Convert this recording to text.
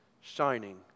shining